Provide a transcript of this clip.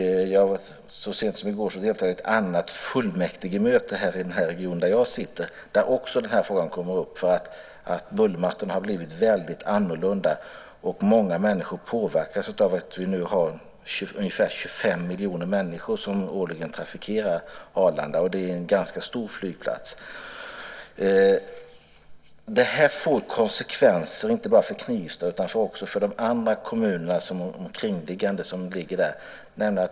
Så sent som i går deltog jag i ett annat fullmäktigemöte i den region där jag sitter. Där kom också den här frågan upp, eftersom bullermattorna har blivit väldigt annorlunda, och många människor påverkas av att vi nu har ungefär 25 miljoner människor som årligen trafikerar Arlanda. Det är en ganska stor flygplats. Det här får konsekvenser, inte bara för Knivsta, utan också för de andra kringliggande kommunerna.